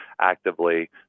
actively